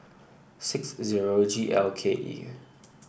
six zero G L K E